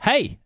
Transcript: Hey